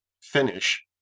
finish